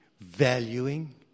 valuing